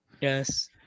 Yes